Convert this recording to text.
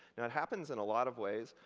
and it happens in a lot of ways.